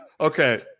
Okay